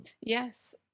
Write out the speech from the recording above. Yes